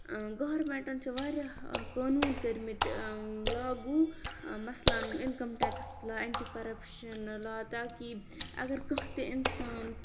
گورنمنٹَن چھِ واریاہ قونوٗن کٔرمٕتۍ لاگوٗ مثلاً اِنکَم ٹیٚکٕس لا ایٚنٹہِ کَرَپشَن لا تاکہِ اگر کانٛہہ تہِ اِنسان